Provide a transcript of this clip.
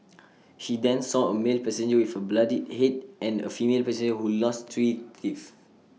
she then saw A male passenger with A bloodied Head and A female passenger who lost three teeth